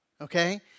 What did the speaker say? okay